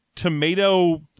tomato